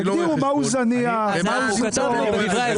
אני לא רואה חשבון --- ולמה אתה